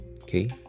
Okay